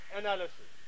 analysis